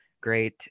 great